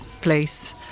place